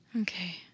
Okay